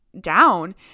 down